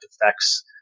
effects